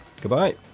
goodbye